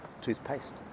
toothpaste